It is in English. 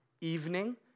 evening